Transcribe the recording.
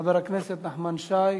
חבר הכנסת נחמן שי,